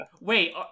Wait